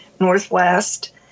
Northwest